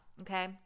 okay